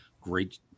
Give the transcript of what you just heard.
great –